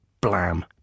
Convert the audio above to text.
blam